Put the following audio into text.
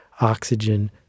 oxygen